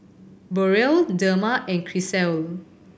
Burrell Dema and Grisel